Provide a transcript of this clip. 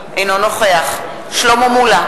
אינו נוכח שלמה מולה,